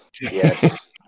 Yes